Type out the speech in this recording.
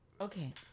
Okay